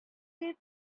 итеп